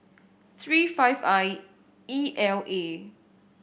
three five I E L A